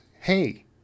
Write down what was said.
Hey